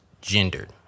gendered